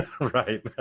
Right